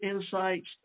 insights